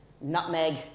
nutmeg